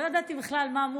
לא ידעתי בכלל מה,